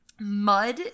mud